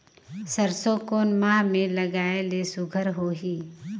सरसो कोन माह मे लगाय ले सुघ्घर होही?